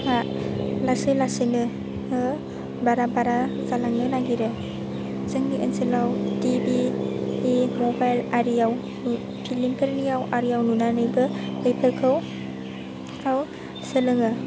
लासै लासैनो बारा बारा जालांनो नागिरो जोंनि ओनसोलाव टि भि मबाइल आरियाव फिलिमफोरनियाव आरिआव नुनानैबो बेफोरखौ सोलोङो